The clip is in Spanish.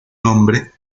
nombre